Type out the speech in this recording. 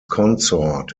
consort